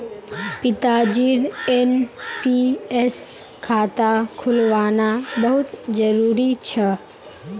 पिताजीर एन.पी.एस खाता खुलवाना बहुत जरूरी छ